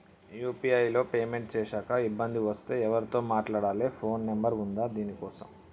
UPI లో payment చేశాక ఇబ్బంది వస్తే ఎవరితో మాట్లాడాలి? ఫోన్ నంబర్ ఉందా దీనికోసం?